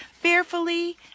fearfully